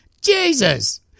Jesus